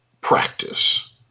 practice